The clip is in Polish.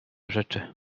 rzeczy